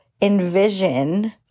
envision